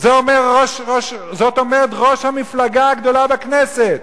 את זה אומרת ראש המפלגה הגדולה בכנסת,